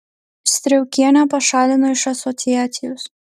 striaukienę pašalino iš asociacijos